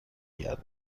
گردد